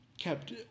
kept